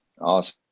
Awesome